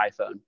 iPhone